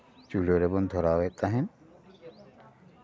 ᱪᱩᱞᱦᱟᱹ ᱨᱮᱵᱚᱱ ᱫᱷᱚᱨᱟᱣ ᱮᱫ ᱛᱟᱦᱮᱸᱫ